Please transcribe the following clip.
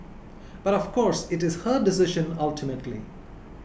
but of course it is her decision ultimately